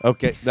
Okay